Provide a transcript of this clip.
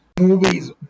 movies